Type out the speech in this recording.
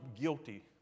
guilty